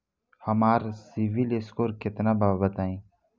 हमार सीबील स्कोर केतना बा बताईं?